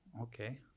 okay